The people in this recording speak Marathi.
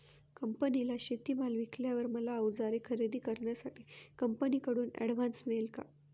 कंपनीला शेतीमाल विकल्यावर मला औजारे खरेदी करण्यासाठी कंपनीकडून ऍडव्हान्स मिळेल का?